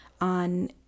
on